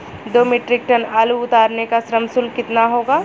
दो metric tonne आलू उतारने का श्रम शुल्क कितना होगा?